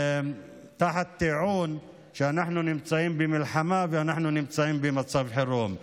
תחת טיעון שאנחנו נמצאים במלחמה ואנחנו נמצאים במצב חירום.